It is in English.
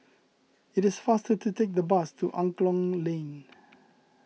it is faster to take the bus to Angklong Lane